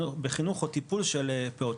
בחינוך, או טיפול של פעוטות.